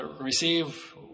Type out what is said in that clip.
receive